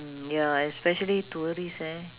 mm ya especially tourists eh